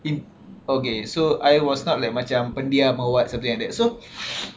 in okay so I was not like macam pendiam or what something like that so